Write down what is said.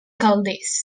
calders